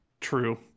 True